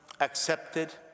accepted